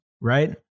right